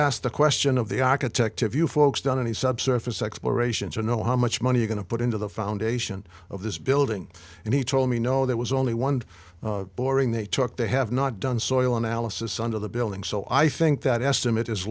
asked the question of the architect of you folks down in the subsurface explorations you know how much money you going to put into the foundation of this building and he told me no there was only one boring they took they have not done soil analysis under the building so i think that estimate is